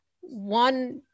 one